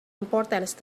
importance